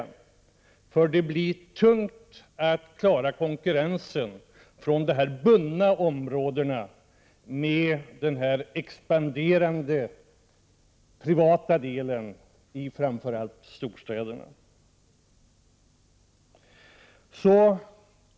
Det blir nämligen tungt att klara konkurrensen från de här bundna områdena med en så expanderande privat sektor i framför allt storstäderna.